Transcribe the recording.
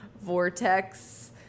Vortex